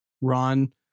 Ron